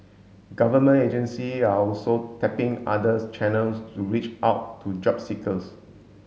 government agency are also tapping others channels to reach out to job seekers